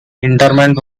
interment